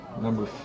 Number